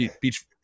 beach